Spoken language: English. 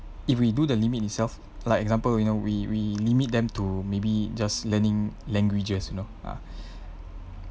if we do the limit itself like example you know we we limit them to maybe just learning languages you know ah